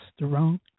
restaurant